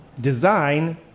design